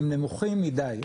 הם נמוכים מידי.